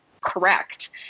correct